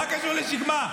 מה קשור לשקמה?